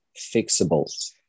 fixable